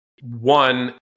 one